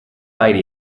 fight